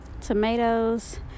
tomatoes